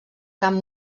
camp